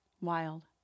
Wild